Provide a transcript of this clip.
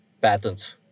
patents